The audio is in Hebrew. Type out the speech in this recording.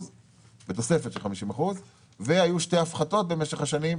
בתוספת של 50%; והיו שתי הפחתות במשך השנים,